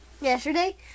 yesterday